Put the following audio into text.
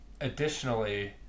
additionally